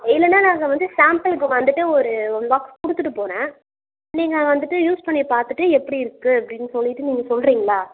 இல்லைன்னா நாங்கள் வந்து சாம்பிளுக்கு வந்துட்டு ஒரு ஒன் பாக்ஸ் கொடுத்துட்டு போகிறேன் நீங்கள் வந்துட்டு யூஸ் பண்ணி பார்த்துட்டு எப்படி இருக்குது அப்படின்னு சொல்லிட்டு நீங்கள் சொல்கிறீங்களா